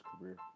career